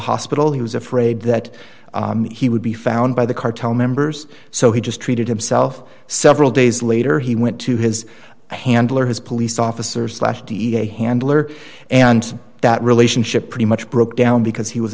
hospital he was afraid that he would be found by the cartel members so he just treated himself several days later he went to his handler his police officer slash da handler and that relationship pretty much broke down because he was